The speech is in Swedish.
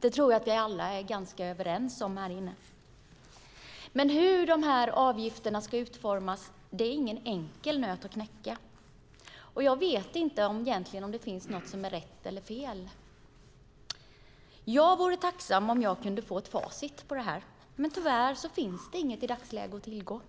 Det tror jag att vi är överens om. Hur avgifterna ska utformas är ingen enkel nöt att knäcka. Jag vet inte om det finns något rätt eller fel. Jag vore tacksam om jag kunde få ett facit på detta, men tyvärr finns det inget att tillgå i dagsläget.